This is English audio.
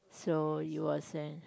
so you were saying